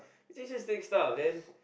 we just take stuff then